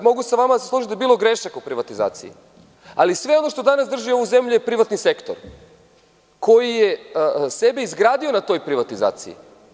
Mogu se složiti sa vama da je bilo grešaka u privatizaciji, ali sve ono što danas drži ovu zemlju je privatni sektor, koji je sebe izgradio na toj privatizaciji.